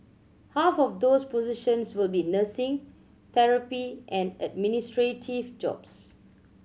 half of those positions will be nursing therapy and administrative jobs